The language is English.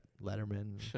Letterman